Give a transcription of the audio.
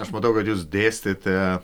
aš matau kad jūs dėstėte